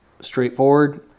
straightforward